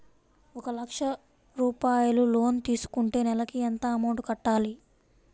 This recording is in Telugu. ఒక లక్ష రూపాయిలు లోన్ తీసుకుంటే నెలకి ఎంత అమౌంట్ కట్టాలి?